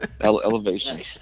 Elevation